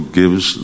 gives